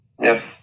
yes